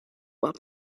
while